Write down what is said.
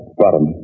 bottom